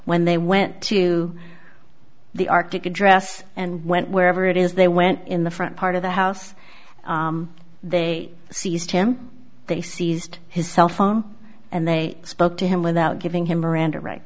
when they went to the arctic address and went wherever it is they went in the front part of the house they seized him they seized his cell phone and they spoke to him without giving him miranda right